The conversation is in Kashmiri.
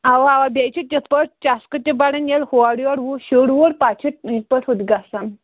اوٕ اوٕ بیٚیہِ چھُ تِتھ پٲٹھۍ چَسکہٕ تہِ بَڑان ییٛلہِ ہورٕ یورٕ وُچھ شُر وُر پَتہٕ یِتھ پٲٹھۍ ہُتہِ گَژھان